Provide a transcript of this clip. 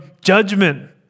judgment